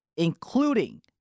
Including